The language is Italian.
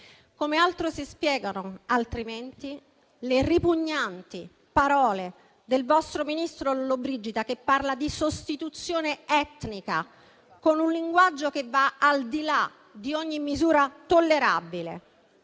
Come si spiegano altrimenti le ripugnanti parole del vostro ministro Lollobrigida, che parla di sostituzione etnica, con un linguaggio che va al di là di ogni misura tollerabile?